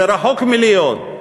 זה רחוק מלהיות.